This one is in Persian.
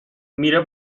میره